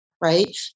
right